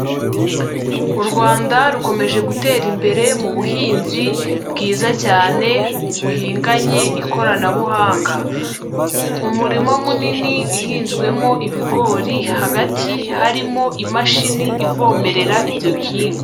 U Rwanda rukomeje gutera imbere mu buhinzi bwiza cyane buhinganye ikoranabuhanga, umurima munini ihinzwemo ibigori hagati harimo imashini ivomerera ibyo bihingwa.